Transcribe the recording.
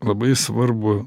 labai svarbu